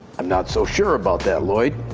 i'm not so sure about that lloyd.